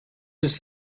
ist